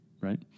right